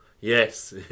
Yes